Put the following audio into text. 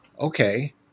okay